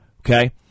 Okay